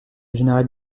général